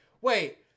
Wait